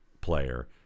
player